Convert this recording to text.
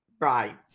right